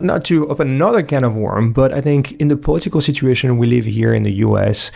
not to open another can of worm, but i think in the political situation we live here in the us,